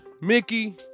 Mickey